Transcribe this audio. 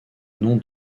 nom